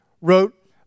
wrote